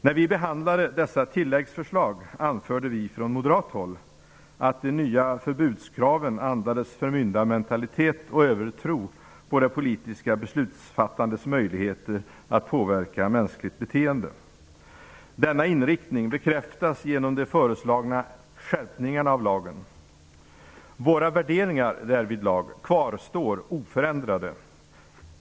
När vi behandlade dessa tilläggsförslag anförde vi från moderat håll att de nya förbudskraven andades förmyndarmentalitet och övertro på det politiska beslutsfattandets möjligheter att påverka mänskligt beteende. Denna inriktning bekräftas genom de föreslagna skärpningarna av lagen. Våra värderingar därvidlag kvarstår oförändrade.